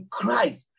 Christ